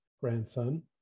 grandson